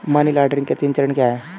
Money laundering के तीन चरण क्या हैं?